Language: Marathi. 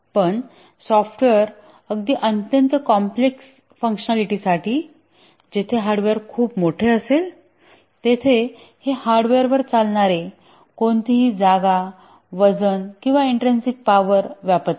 पण सॉफ्टवेअर अगदी अत्यंत कॉम्प्लेक्स फंकशनॅलिटीसाठी जेथे हार्डवेअर खूप मोठे असेल तेथे हे हार्डवेअरवर चालणारे कोणतीही जागा वजन किंवा इंट्रिनसिक पॉवर व्यापत नाही